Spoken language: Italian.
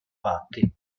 patti